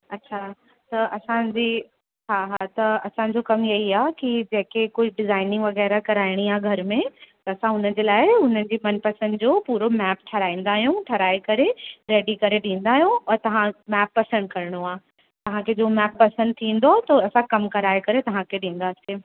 अच्छा त असांजी हा हा त असांजो कम इह्ई आहे की जंहिंखे कोई डिजाइनिंग वगै़रह कराइणी आहे घर में त असां उनजे लाइ उनजी मनपसंद जो पूरो मैप ठहाराईंदा आहियूं ठहाराइ करे रेडी करे ॾींदा आहियूं और तव्हां मैप पसंदि करिणो आहे तव्हांखे जो मैप पसंदि थींदो त असां कम कराए करे तव्हांखे ॾींदासीं